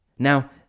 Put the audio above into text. Now